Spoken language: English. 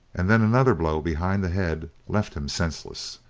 and then another blow behind the head left him senseless.